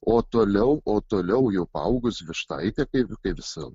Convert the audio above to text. o toliau o toliau jau paaugus vištaitė kaip kaip visa